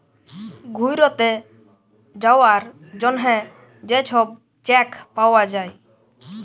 ঘ্যুইরতে যাউয়ার জ্যনহে যে ছব চ্যাক পাউয়া যায়